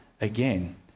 again